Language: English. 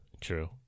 True